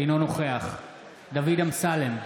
אינו נוכח דוד אמסלם,